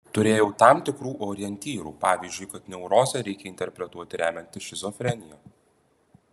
turėjau tam tikrų orientyrų pavyzdžiui kad neurozę reikia interpretuoti remiantis šizofrenija